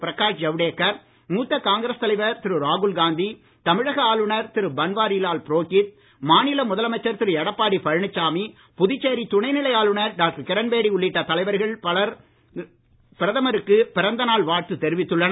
பிரகாஷ் ஜவடேகர் மூத்த காங்கிரஸ் தலைவர் திரு ராகுல்காந்தி தமிழக ஆளுநர் திரு பன்வாரிலால் புரோகித் மாநில முதலமைச்சர் திரு எடப்பாடி பழனிச்சாமி புதுச்சேரி துணை நிலை ஆளுநர் டாக்டர் கிரண்பேடி உள்ளிட்ட தலைவர்கள் பலரும் பிரதமருக்கு பிறந்த நாள் வாழ்த்து தெரிவித்துள்ளனர்